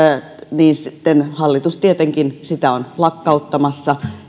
niin sitten hallitus on tietenkin sitä lakkauttamassa